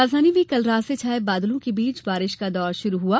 राजधानी में कल रात से छाए बादलों के बीच बारिश का दौर शुरु हआ